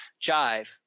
jive